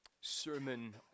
sermon